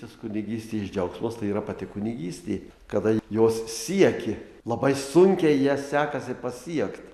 tas kunigystės džiaugsmas tai yra pati kunigystė kada jos sieki labai sunkiai ją sekasi pasiekti